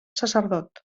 sacerdot